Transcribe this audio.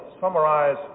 summarize